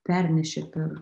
pernešė per